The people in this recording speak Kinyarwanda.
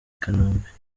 kanombe